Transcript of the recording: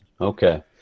okay